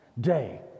day